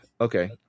okay